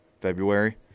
February